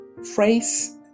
Phrase